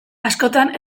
askotan